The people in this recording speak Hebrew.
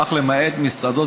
אך למעט מסעדות,